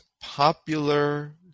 popular